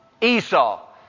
Esau